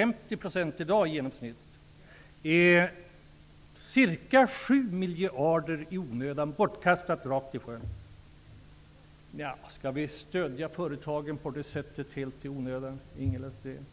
Eftersom stödet i dag i genomsnitt är på miljarder i onödan, bortkastat rakt i sjön. Skall vi stödja företagen på det sättet helt i onödan, Ingela Thalén?